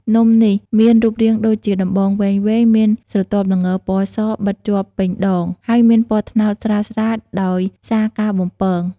នំនេះមានរូបរាងដូចជាដំបងវែងៗ មានស្រទាប់ល្ងរពណ៌សបិតជាប់ពេញដង ហើយមានពណ៌ត្នោតស្រាលៗដោយសារការបំពង។